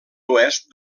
oest